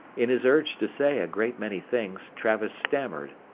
in his urge to say a great many things travis stammered.